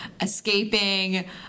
escaping